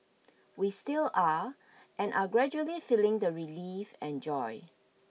we still are and are gradually feeling the relief and joy